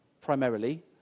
primarily